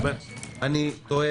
אני תוהה,